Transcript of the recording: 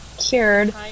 cured